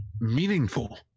meaningful